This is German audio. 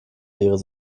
ihres